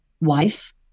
wife